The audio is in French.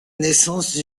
naissance